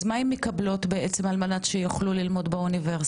אז מה הן מקבלות בעצם על מנת שהן יוכלו ללמוד באוניברסיטה?